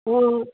ಹ್ಞೂ